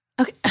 Okay